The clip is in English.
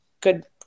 good